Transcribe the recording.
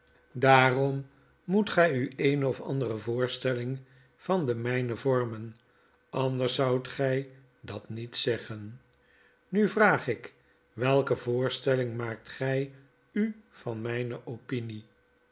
daarom moet gg u eene of andere voorstelling van de mpe vormen anders zoudt gg dat niet zeggen nu vraag ik welke voorstelling maakt gg u van mijne opinie